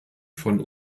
von